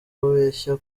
ababeshya